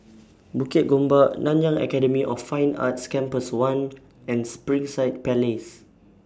Bukit Gombak Nanyang Academy of Fine Arts Campus one and Springside Place